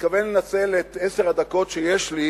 מתכוון לנצל את עשר הדקות שיש לי